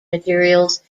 materials